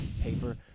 paper